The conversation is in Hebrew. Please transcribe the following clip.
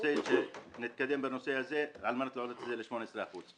רוצה שנתקדם בנושא הזה על מנת להעלות ל-18 אחוזים.